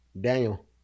Daniel